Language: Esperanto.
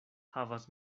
havas